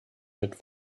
mit